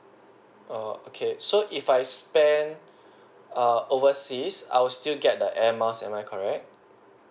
orh okay so if I spend err overseas I will still get the airmiles am I correct